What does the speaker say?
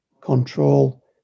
control